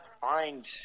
find –